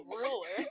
ruler